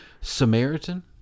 Samaritan